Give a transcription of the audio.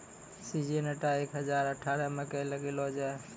Syngenta एक हजार अठारह मकई लगैलो जाय?